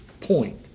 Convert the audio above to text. point